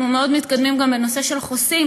אנחנו גם מאוד מתקדמים בנושא של חוסים,